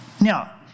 Now